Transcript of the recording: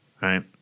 right